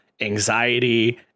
anxiety